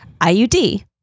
IUD